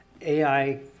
AI